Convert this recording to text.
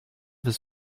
his